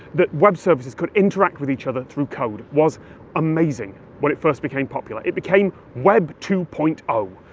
that web services could interact with each other through code, was amazing when it first became popular. it became web two point ah